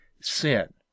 sin